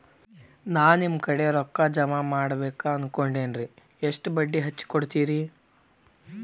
ನಾ ನಿಮ್ಮ ಕಡೆ ರೊಕ್ಕ ಜಮಾ ಮಾಡಬೇಕು ಅನ್ಕೊಂಡೆನ್ರಿ, ಎಷ್ಟು ಬಡ್ಡಿ ಹಚ್ಚಿಕೊಡುತ್ತೇರಿ?